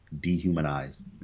Dehumanized